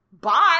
bye